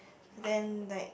then like